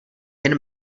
jen